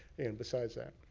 and besides that.